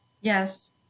Yes